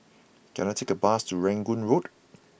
can I take a bus to Rangoon Road